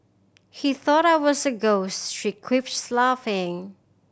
he thought I was a ghost she quips laughing